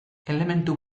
elementu